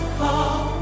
fall